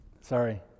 Sorry